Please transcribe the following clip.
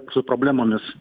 su problemomis